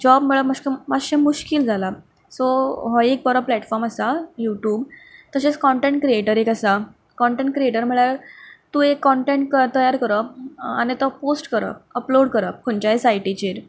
job मेळप माश्कें मातशें मुश्कील जालां सो हो एक बरो प्लेटफॉम आसा यूट्यूब तशेंच कॉनटेंट क्रियेटर एक आसा कॉनटेंट क्रियेटर म्हणल्यार तूं एक कॉनटेंट तयार करप आनी तो पोस्ट करप अपलोड करप खंयच्याय सायटिचेर